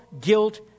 guilt